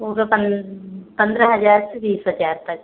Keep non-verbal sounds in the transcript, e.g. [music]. वह तो [unintelligible] पंद्रह हज़ार से बीस हज़ार तक